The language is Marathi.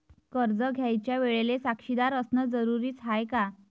कर्ज घ्यायच्या वेळेले साक्षीदार असनं जरुरीच हाय का?